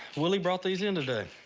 willie brought these in today.